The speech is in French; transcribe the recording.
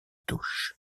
touches